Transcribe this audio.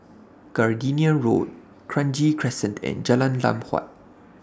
Gardenia Road Kranji Crescent and Jalan Lam Huat